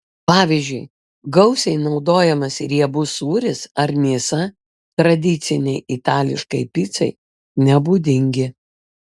pavyzdžiui gausiai naudojamas riebus sūris ar mėsa tradicinei itališkai picai nebūdingi